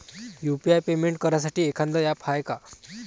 UPI payment करासाठी एखांद app हाय का?